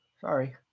Sorry